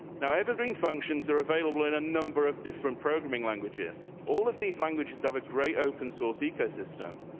now, evergreen functions are available in a number of different programming languages all of these languages of a great open source ecosystem.